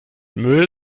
müll